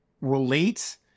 relate